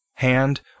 hand